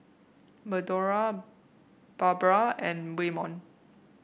Madora Barbra and Waymon